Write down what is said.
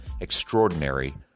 extraordinary